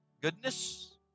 goodness